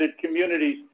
communities